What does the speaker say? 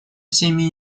всеми